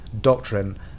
doctrine